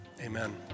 Amen